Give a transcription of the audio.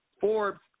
Forbes